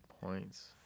points